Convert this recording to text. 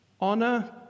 Honor